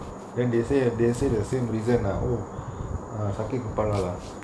then they say they say the same reason oh ah